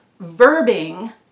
verbing